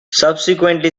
subsequently